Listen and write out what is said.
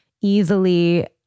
easily